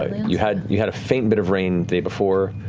i mean you had you had a faint bit of rain day before,